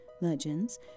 legends